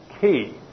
key